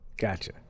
Gotcha